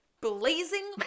blazing